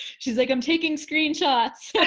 she's like, i'm taking screenshots. yeah